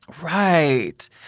Right